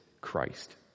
Christ